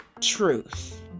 truth